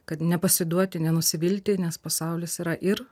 kad nepasiduoti nenusivilti nes pasaulis yra ir